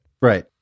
right